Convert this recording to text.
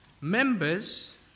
members